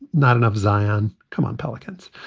not enough zion. come on, pelicans.